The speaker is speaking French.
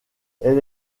elle